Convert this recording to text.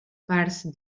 parts